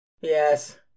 Yes